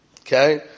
Okay